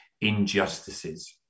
injustices